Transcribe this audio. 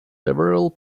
several